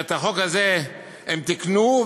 את החוק הזה הם תיקנו.